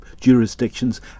jurisdictions